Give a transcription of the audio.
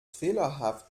fehlerhaft